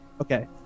Okay